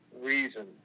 reason